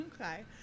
Okay